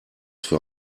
für